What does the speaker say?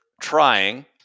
trying